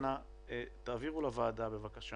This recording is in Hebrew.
אנא, העבירו לוועדה, בבקשה